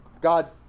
God